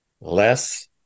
less